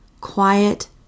quiet